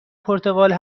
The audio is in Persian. پرتغال